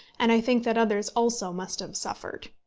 and i think that others also must have suffered.